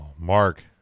mark